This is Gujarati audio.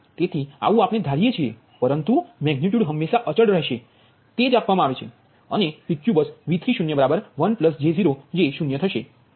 તેથી આવુ આપણે ધારીએ છીએ પરંતુ મેગનિટ્યુડ હંમેશાં અચલ રહેશે તે જ આપવામાં આવે છે અને PQ બસ V30 1 j 0 જે 0 થશે